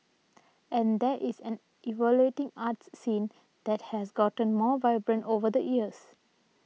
and there is an evolving arts scene that has gotten more vibrant over the years